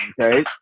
Okay